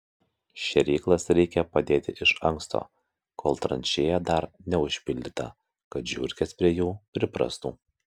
šėryklas reikia padėti iš anksto kol tranšėja dar neužpildyta kad žiurkės prie jų priprastų